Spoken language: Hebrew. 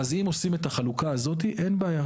אז אם עושים את החלוקה הזאת, אין בעיה.